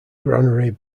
granary